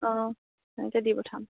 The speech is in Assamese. অ' সেনেকে দি পঠাম